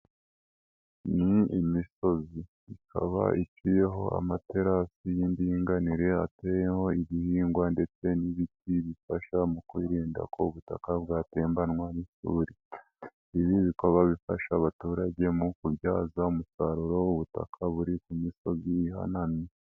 Ni imisozi ikaba iciyemo amaterasi y'indinganire ateyeho ibihingwa ndetse n'ibiti bifasha mu kwirinda ko ubutaka bwatembanwa, ibi bikorwa bifasha abaturage mu kubyaza umusaruro ubutaka buri ku misozi hanamye.